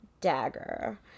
dagger